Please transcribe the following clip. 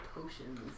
potions